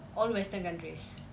all western countries